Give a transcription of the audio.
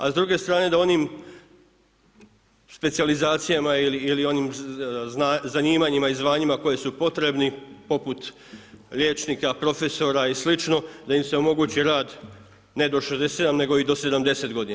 A s druge strane da onim specijalizacijama ili onim zanimanjima i zvanjima koji su potrebni poput liječnika, profesora i slično da im se omogući rad ne do 67 nego i do 70 godina.